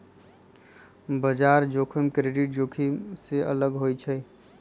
बजार जोखिम क्रेडिट जोखिम से अलग होइ छइ